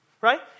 right